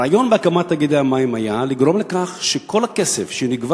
הרעיון בהקמת תאגיד המים היה לגרום לכך שכל הכסף שנגבה